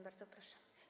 Bardzo proszę.